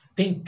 tem